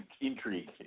intrigue